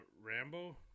rambo